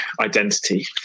identity